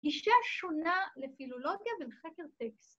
‫גישה שונה לפילולוגיה ולחקר טקסט.